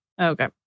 Okay